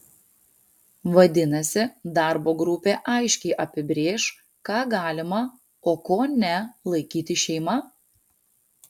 vadinasi darbo grupė aiškiai apibrėš ką galima o ko ne laikyti šeima